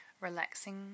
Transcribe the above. relaxing